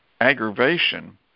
aggravation